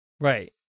Right